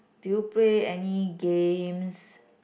do you play any games